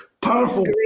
powerful